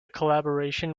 collaboration